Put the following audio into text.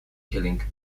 killing